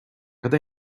cad